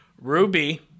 Ruby